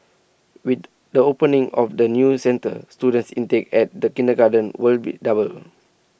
with the opening of the new centre students intake at the kindergarten will be double